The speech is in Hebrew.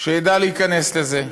שידע להיכנס לזה.